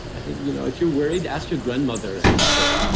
i think you know if you're worried, ask your grandmother, i would say,